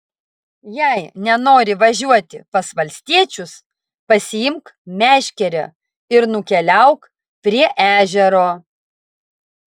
jei nenori važiuoti pas valstiečius pasiimk meškerę ir nukeliauk prie ežero